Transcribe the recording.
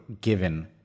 given